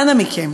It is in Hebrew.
אנא מכם,